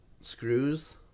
screws